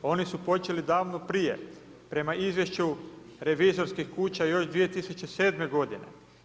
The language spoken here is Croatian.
Oni su počeli davno prije, prema izvješću revizorskih kuća, još 2007. godine.